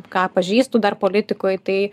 ką pažįstu dar politikoj tai